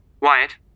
Wyatt